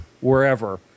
wherever